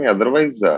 Otherwise